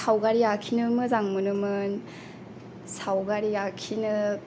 सावगारि आखिनो मोजां मोनोमोन सावगारि आखिनो